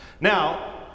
Now